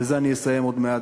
בזה אני אסיים עוד מעט,